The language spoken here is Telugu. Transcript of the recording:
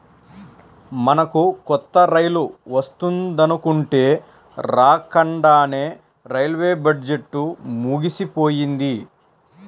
మనకు కొత్త రైలు వస్తుందనుకుంటే రాకండానే రైల్వే బడ్జెట్టు ముగిసిపోయింది